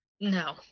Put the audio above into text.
No